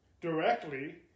directly